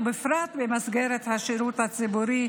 ובפרט במסגרת השירות הציבורי,